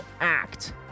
Act